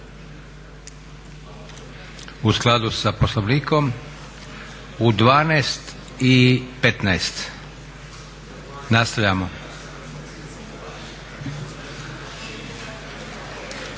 U skladu sa Poslovnikom u 12 i 15 nastavljamo.